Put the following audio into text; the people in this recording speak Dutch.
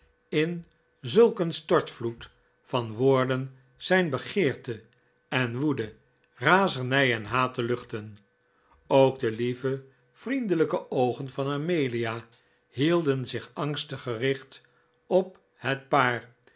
in zulk een stortvloed van woorden zijn begeerte en woede razernij en haat te luchten ook de lieve vriendelijke oogen van amelia hidden zich angstig gcricht op het paar